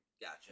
Gotcha